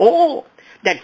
all that